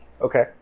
Okay